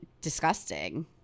disgusting